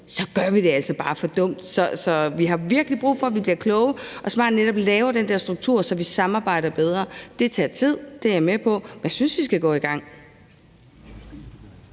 vi gør det altså bare for dumt. Så vi har virkelig brug for, at vi bliver kloge og smarte og netop laver den der struktur, så vi samarbejder bedre. Det tager tid, det er jeg med på, men jeg synes, vi skal gå i gang.